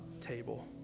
table